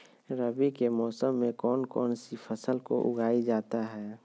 रवि के मौसम में कौन कौन सी फसल को उगाई जाता है?